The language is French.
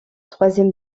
troisième